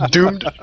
Doomed